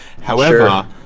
However-